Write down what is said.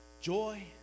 joy